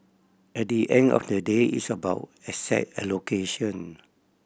at the end of the day it's about asset allocation